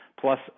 plus